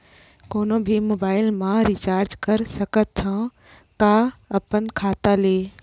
कोनो भी मोबाइल मा रिचार्ज कर सकथव का अपन खाता ले?